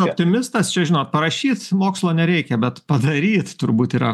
optimistas čia žinot parašyt mokslo nereikia bet padaryti turbūt yra